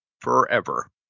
forever